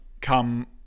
come